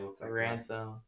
Ransom